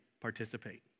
participate